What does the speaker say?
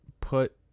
Put